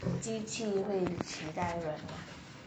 机器会取代人吗